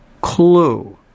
clue